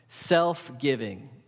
Self-giving